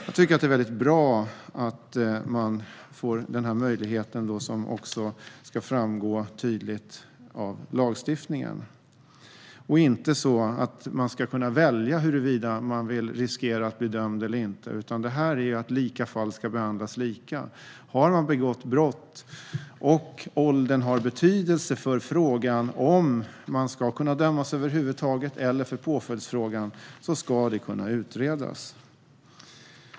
Jag tycker att det är väldigt bra att man får den här möjligheten, som också ska framgå tydligt av lagstiftningen. Det är inte så att man ska kunna välja huruvida man vill riskera att bli dömd eller inte, utan lika fall ska behandlas lika. Har man begått brott och åldern har betydelse för frågan om man ska kunna dömas över huvud taget eller för påföljdsfrågan ska det kunna utredas.